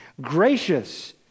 Gracious